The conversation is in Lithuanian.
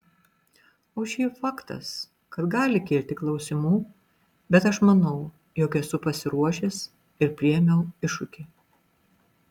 o šiaip faktas kad gali kilti klausimų bet aš manau jog esu pasiruošęs ir priėmiau iššūkį